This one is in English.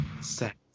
sex